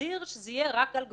להגדיר שזה יהיה רק על גברים.